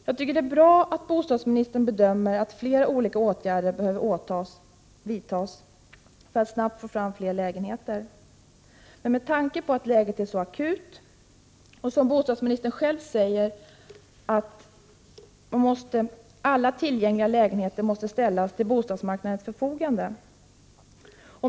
Jag tycker att det är bra att bostadsministern bedömer att flera olika åtgärder behöver vidtas för att snabbt få fram ytterligare lägenheter. Läget är akut och, som bostadsministern själv säger, alla tillgängliga lägenheter måste ställas till bostadsmarknadens förfogande.